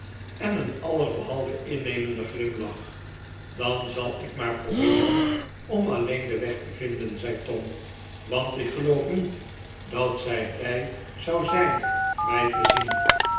en een alles behalve innemenden glimlach dan zal ik maar probeeren om alleen den weg te vinden zei tom want ik geloof niet dat zij blij zou zijn mij te zien